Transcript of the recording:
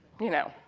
you know.